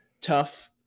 tough